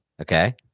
Okay